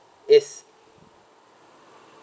is